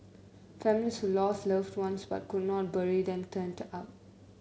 families who lost loved ones but could never bury them turned up